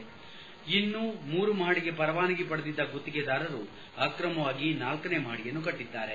ಕೇವಲ ಮೂರು ಮಹಡಿಗೆ ಪರವಾನಗಿ ಪಡೆದಿದ್ದ ಗುತ್ತಿಗೆದಾರರು ಆಕ್ರಮವಾಗಿ ನಾಲ್ಕನೇ ಮಹಡಿಯನ್ನು ಕಟ್ಟದ್ದಾರೆ